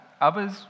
Others